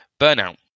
Burnout